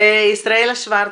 ישראלה שוורצמן,